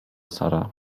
sara